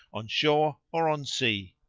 on shore or on sea.